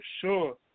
sure